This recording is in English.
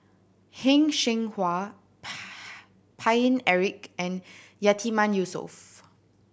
Heng Cheng Hwa Paine Eric and Yatiman Yusof